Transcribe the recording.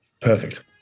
Perfect